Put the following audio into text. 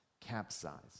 capsized